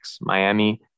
Miami